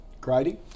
Grady